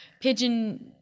pigeon